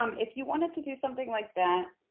um if you wanted to do something like that,